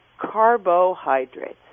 carbohydrates